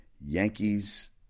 Yankees